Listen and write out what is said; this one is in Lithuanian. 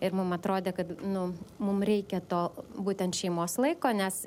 ir mum atrodė kad nu mum reikia to būtent šeimos laiko nes